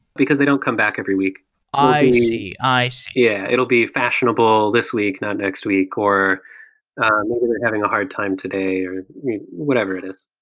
because they don't come back every week i see. i see yeah, it'll be fashionable this week, not next week, or maybe they're having a hard time today, or whatever it is